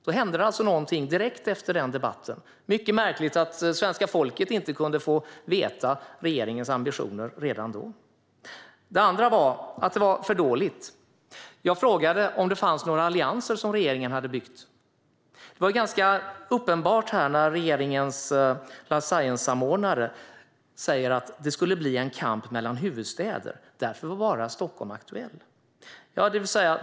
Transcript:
Det hände alltså något direkt efter den debatten - mycket märkligt att svenska folket inte kunde få veta regeringens ambitioner redan då. Vidare var det för dåligt. Jag frågade om regeringen hade byggt några allianser. Regeringens life science-samordnare sa att det skulle bli en kamp mellan huvudstäder; därför var bara Stockholm aktuellt.